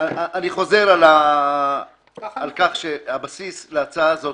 אני חוזר על כך שהבסיס להצעה הזאת,